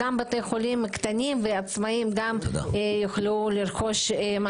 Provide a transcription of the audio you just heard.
גם בתי החולים הקטנים העצמאיים יוכלו גם לרכוש ציוד.